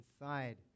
inside